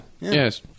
yes